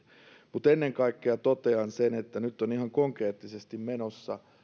mutta ennen kaikkea totean sen että nyt on ihan konkreettisesti menossa